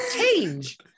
Change